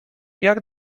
jak